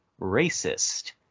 racist